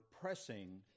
pressing